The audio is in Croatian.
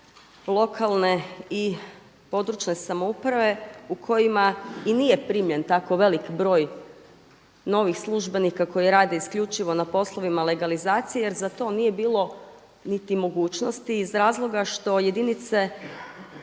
lokalne i područne samouprave u kojima i nije primljen tako velik broj novih službenika koji rade isključivo na poslovima legalizacije jer za to nije bilo niti mogućnosti iz razloga što jedinice